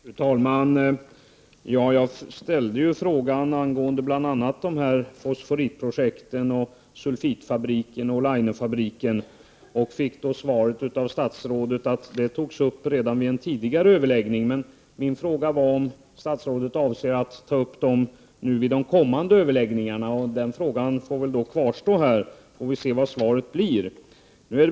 Fru talman! Jag ställde en fråga angående bl.a. fosforitprojekten, sulfitfabriken och Olaine-fabriken. Av statsrådet fick jag svaret att det togs upp redan vid en tidigare överläggning. Min fråga gällde emellertid om statsrådet avser att ta upp frågan vid de kommande överläggningarna. Den frågan får väl kvarstå, och vi får se vad svaret blir.